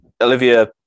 Olivia